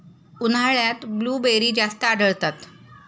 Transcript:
उन्हाळ्यात ब्लूबेरी जास्त आढळतात